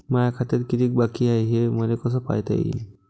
माया खात्यात कितीक बाकी हाय, हे मले कस पायता येईन?